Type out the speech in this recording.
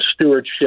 stewardship